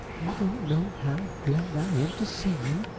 you don't know how glad i am to see you!